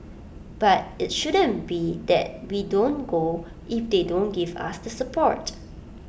but IT shouldn't be that we don't go if they don't give us the support